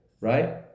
right